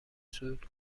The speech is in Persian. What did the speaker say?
صعود